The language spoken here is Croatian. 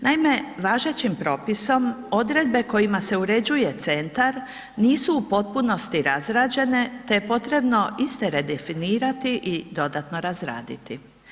Naime, važećim propisom odredbe kojima se uređuje centar nisu u potpunosti razrađene te je potrebno iste redefinirati i dodatno razraditi.